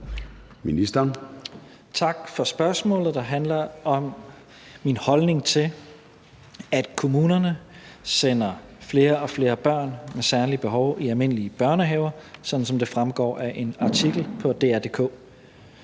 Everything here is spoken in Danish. Tak for spørgsmålet, der handler om min holdning til, at kommunerne sender flere og flere børn med særlige behov i almindelige børnehaver, sådan som det fremgår af en artikel på dr.dk.